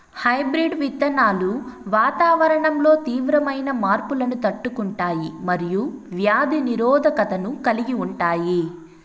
hybrid విత్తనాలు వాతావరణంలో తీవ్రమైన మార్పులను తట్టుకుంటాయి మరియు వ్యాధి నిరోధకతను కలిగి ఉంటాయి